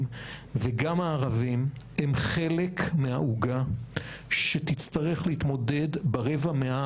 וגם הערבים הם חלק מהעוגה שתצטרך להתמודד ברבע מאה